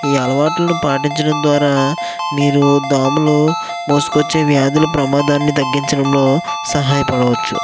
ఈ అలవాట్లను పాటించడం ద్వారా మీరు దోమలు మోసుకొచ్చే వ్యాధులు ప్రమాదాన్ని తగ్గించడంలో సహాయ పడవచ్చు